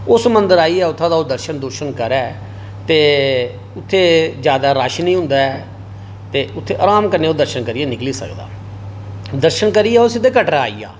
उस मदंर आइयै उत्थूं दा ओह् दर्शन दुर्शन करै ते उत्थै ज्यादा रश नेईं होंदा हे उत्थै आराम कन्नै ओह् दर्शन करियै ओह् निकली सकदा दर्शन करियै ओह् सिध्दा कटरा आई जा